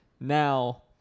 Now